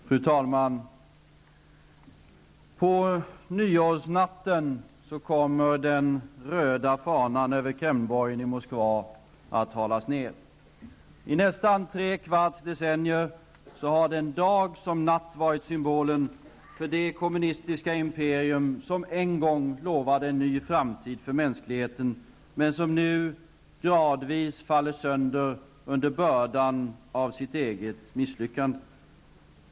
Fru talman! På nyårsnatten kommer den röda fanan över Kreml-borgen i Moskva att halas ner. I nästan tre kvarts decennier har den dag som natt varit symbolen för det kommunistiska imperium som en gång lovade en ny framtid för mänskligheten, men som nu gradvis faller sönder under bördan av sitt eget misslyckande.